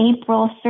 April